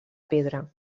pedra